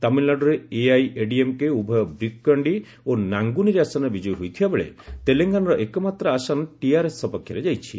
ତାମିଲ୍ନାଡ଼ୁରେ AIADMK ଉଭୟ ବିକ୍ରୋୱାଷ୍ଠି ଓ ନାଙ୍ଗୁନେରି ଆସନରେ ବିଜୟୀ ହୋଇଥିବାବେଳେ ତେଲଙ୍ଗାନାରେ ଏକମାତ୍ର ଆସନ ଟିଆର୍ଏସ୍ ସପକ୍ଷରେ ଯାଇଛି